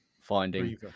finding